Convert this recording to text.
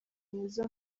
mwiza